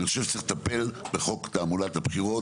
אני חושב שצריך לטפל בחוק תעמולת הבחירות.